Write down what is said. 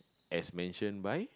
as mentioned by